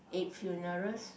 eight funerals